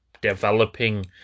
developing